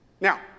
Now